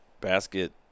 basket